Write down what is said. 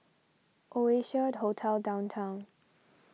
Oasia Hotel Downtown